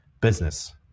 business